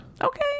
Okay